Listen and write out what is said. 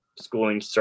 schooling